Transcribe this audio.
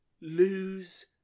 lose